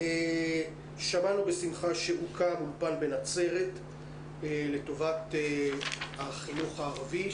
שמענו בשמחה שהוקם אולפן בנצרת לטובת החינוך הערבי.